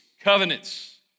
covenants